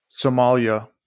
Somalia